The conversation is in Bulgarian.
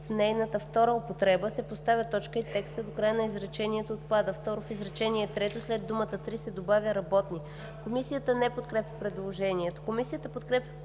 в нейната втора употреба се поставя точка и текстът до края на изречението отпада. 2. В изречение трето след думата „три“ се добавя „работни“.“ Комисията не подкрепя предложението. Комисията подкрепя по принцип